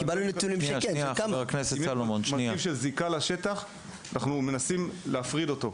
-- של זיקה לשטח, אנחנו מנסים להפריד אותו.